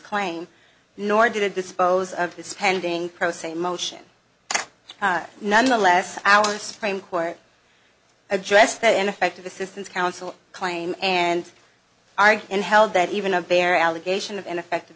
claim nor did it dispose of his spending pro se motion nonetheless hours frame court address that ineffective assistance counsel claim and argue and held that even a bare allegation of ineffective